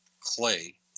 clay